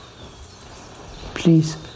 Please